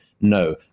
no